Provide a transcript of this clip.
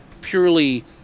purely